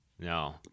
no